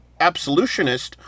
absolutionist